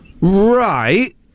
Right